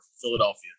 Philadelphia